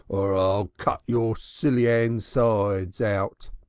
or i'll cut your silly insides out!